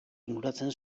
inguratzen